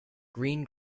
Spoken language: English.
green